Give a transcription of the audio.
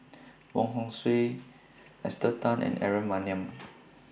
Wong Hong Suen Esther Tan and Aaron Maniam